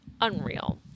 unreal